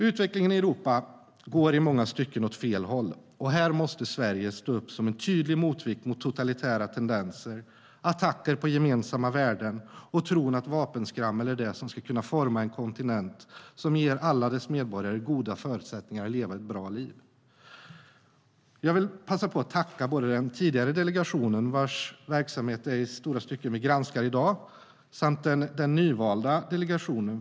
Utvecklingen i Europa går i många stycken åt fel håll, och här måste Sverige stå upp som en tydlig motvikt mot totalitära tendenser, attacker på gemensamma värden och tron att vapenskrammel är det som ska kunna forma en kontinent som ger alla dess medborgare goda förutsättningar att leva ett bra liv. Jag vill passa på att tacka både den tidigare delegationen, vars verksamhet i stora stycken är det vi granskar i dag, samt den nyvalda delegationen.